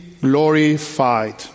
glorified